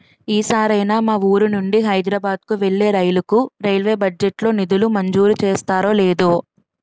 ఈ సారైనా మా వూరు నుండి హైదరబాద్ కు వెళ్ళే రైలుకు రైల్వే బడ్జెట్ లో నిధులు మంజూరు చేస్తారో లేదో